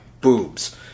boobs